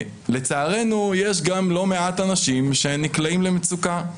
ולצערנו, יש גם לא מעט אנשים שנקלעים למצוקה.